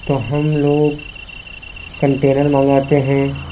تو ہم لوگ کنٹینر منگواتے ہیں